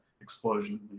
explosion